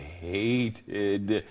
hated